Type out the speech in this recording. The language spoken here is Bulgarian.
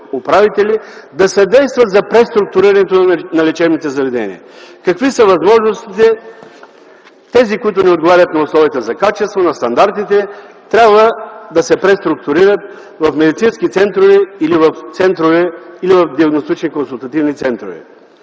да съдейства за преструктурирането на лечебните заведения. Какви са възможностите тези, които не отговарят на условията за качество, на стандартите, да се преструктурират в медицински центрове или в центрове за диагностично-консултативни центрове?